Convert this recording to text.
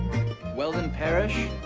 weldon parish?